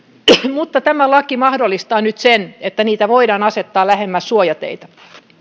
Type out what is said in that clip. mutta tämä laki mahdollistaa nyt sen että tolppia voidaan asettaa lähemmäs suojateitä